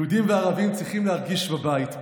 יהודים וערבים צריכים להרגיש בבית,